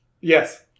Yes